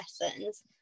lessons